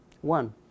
One